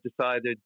decided